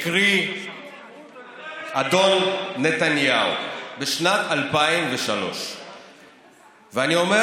הקריא אדון נתניהו בשנת 2003. אני אומר